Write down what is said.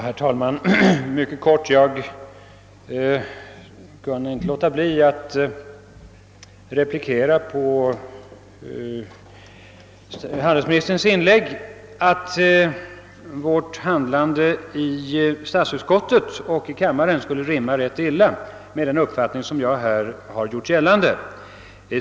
Herr talman! Jag skall fatta mig mycket kort. Jag kan inte underlåta att replikera på vad handelsministern sade om vårt handlande i samband med att denna fråga behandlades i statsutskottet och i kammaren, och att det skulle rimma illa med den uppfattning som jag här har givit uttryck åt.